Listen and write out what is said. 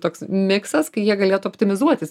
toks miksas kai jie galėtųoptimizuotis